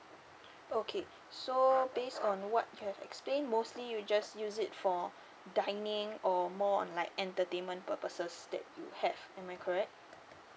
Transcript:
okay so based on what you've explained mostly you just use it for dining or more on like entertainment purposes that you have am I correct